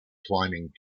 climbing